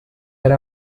era